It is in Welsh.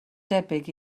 debyg